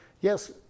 yes